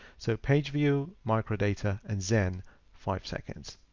so page view microdata and zen five seconds.